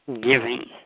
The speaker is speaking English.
giving